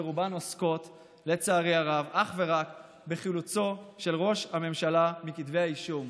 ורובן עוסקות לצערי הרב אך ורק בחילוצו של ראש הממשלה מכתבי האישום.